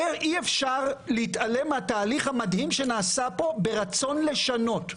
אי-אפשר להתעלם מהתהליך המדהים שנעשה פה ברצון לשנות.